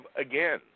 again